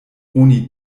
oni